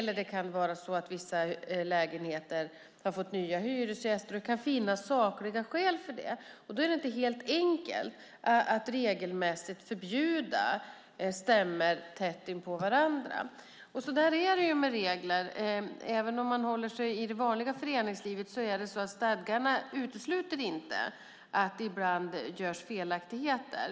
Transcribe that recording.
Det kan också vara så att vissa lägenheter har fått nya hyresgäster så att det därför finns sakliga skäl för det, och då är det inte helt enkelt att regelmässigt förbjuda stämmor tätt inpå varandra. Så är det med regler. Även om man håller sig i det vanliga föreningslivet utesluter inte stadgarna att det ibland görs felaktigheter.